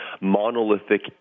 monolithic